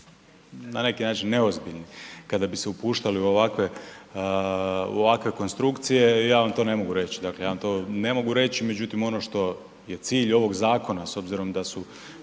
na neki način neozbiljni kada bis e upuštali u ovakve konstrukcije, ja vam to ne mogu reći, dakle ja vam to ne mogu reć međutim ono što je cilj ovog zakona s obzirom da su